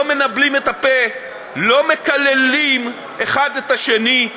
לא מנבלים את הפה, לא מקללים אחד את השני.